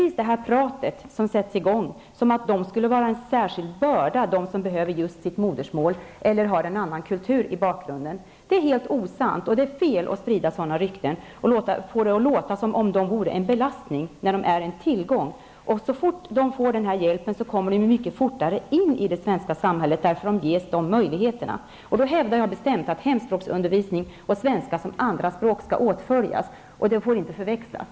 Sådant prat sätts i gång. Men påståendet att de människor som behöver just sitt modersmål eller har en annan kultur i bakgrunden skulle utgöra en särskild börda är helt osant. Det är fel att sprida sådana rykten och få det att låta som om invandrarna är en belastning när de är en tillgång. Får de denna hjälp, kommer de mycket fortare in i det svenska samhället, eftersom de då ges möjligheter. Jag hävdar bestämt att hemspråksundervisningen och svenska såsom andraspråk skall åtföljas. De får inte förväxlas.